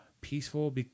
peaceful